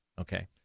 Okay